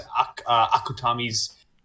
Akutami's